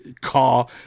car